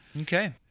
Okay